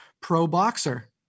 pro-boxer